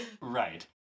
Right